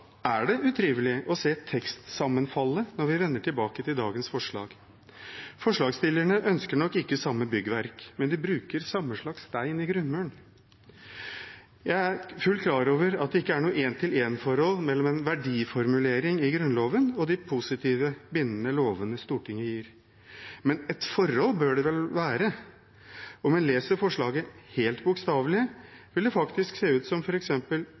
er det utrivelig å se tekstsammenfallet når vi vender tilbake til dagens forslag. Forslagsstillerne ønsker nok ikke samme byggverk, men de bruker samme slags stein i grunnmuren. Jeg er fullt klar over at det ikke er noe én-til-én-forhold mellom en verdiformulering i Grunnloven og de positive, bindende lovene Stortinget gir. Men et forhold bør det være. Om man leser forslaget helt bokstavelig, vil det faktisk se ut som